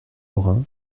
lorin